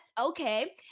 Okay